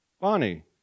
Bonnie